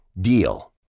DEAL